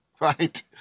Right